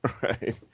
Right